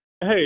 Hey